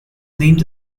named